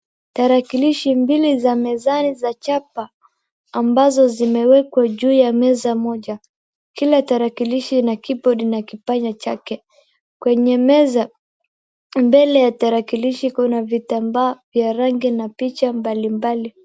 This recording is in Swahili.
Tarakilishi mbili za mezani za chapa ambazo zimewekwa juu ya meza moja. Kila tarakilishi ina keyboard na kipanya chake. Kwenye meza, mbele ya tarakilishi kuna vitambaa vya rangi na picha mbalimbali.